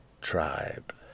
tribe